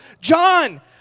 John